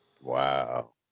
Wow